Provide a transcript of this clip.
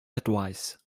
advice